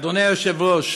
אדוני היושב-ראש,